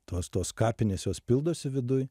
tos tos kapinės jos pildosi viduj